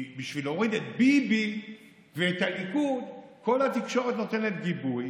כי בשביל להוריד את ביבי ואת הליכוד כל התקשורת נותנת גיבוי,